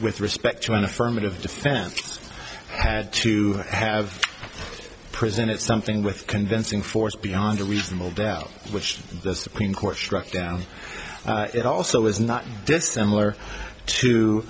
with respect to an affirmative defense had to have presented something with convincing force beyond a reasonable doubt which the supreme court struck down it also is not